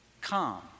calm